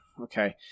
Okay